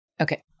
Okay